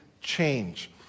change